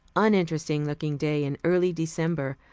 uninteresting-looking day in early december.